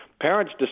parents